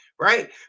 right